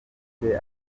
uretse